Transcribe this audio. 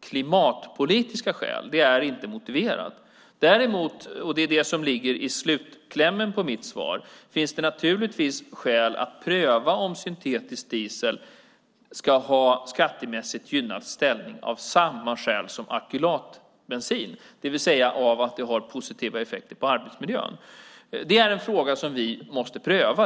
klimatpolitiska skäl. Det är inte motiverat. Däremot - och det är det som ligger i slutklämmen på mitt svar - finns det naturligtvis skäl att pröva om syntetisk diesel ska ha skattemässigt gynnad ställning av samma skäl som alkylatbensin, det vill säga därför att det har positiva effekter på arbetsmiljön. Det är en fråga som vi måste pröva.